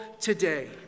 today